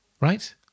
Right